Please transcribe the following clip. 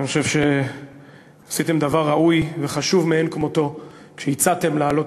אני חושב שעשיתם דבר ראוי וחשוב מאין כמותו כשהצעתם להעלות